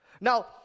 Now